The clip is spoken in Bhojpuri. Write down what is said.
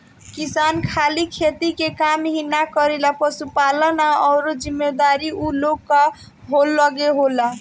किसान खाली खेती के काम ही ना करेलें, पशुपालन आ अउरो जिम्मेदारी ऊ लोग कअ लगे होला